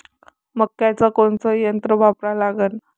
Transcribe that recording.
मक्याचं कोनचं यंत्र वापरा लागन?